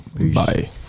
bye